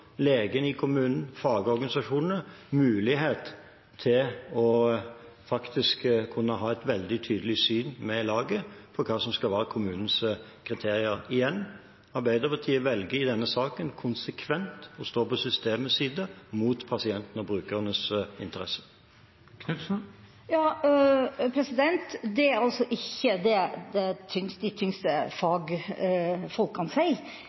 legen i kommunen og fagorganisasjonene mulighet til faktisk å kunne ha et veldig tydelig syn på hva som skal være kommunens kriterier. Igjen: Arbeiderpartiet velger i denne saken konsekvent å stå på systemets side mot pasientenes og brukernes interesser. Det er altså ikke det de tyngste